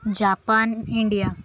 Japan India